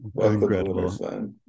Incredible